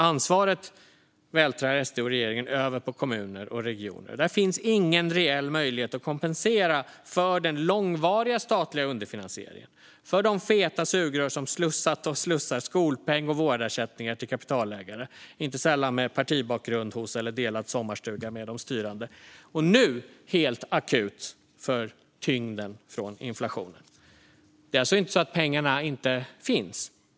Ansvaret vältrar SD och regeringen över på kommuner och regioner där det inte finns någon reell möjlighet att kompensera för den långvariga statliga underfinansieringen, för de feta sugrör som slussat och slussar skolpeng och vårdersättningar till kapitalägare, inte sällan med partibakgrund hos eller delad sommarstuga med de styrande, och nu helt akut för tyngden från inflationen. Det är alltså inte så att pengarna inte finns.